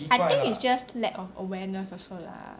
I think it's just lack of awareness also lah